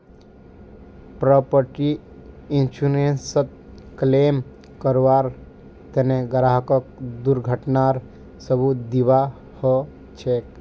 property इन्शुरन्सत claim करबार तने ग्राहकक दुर्घटनार सबूत दीबा ह छेक